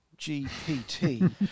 GPT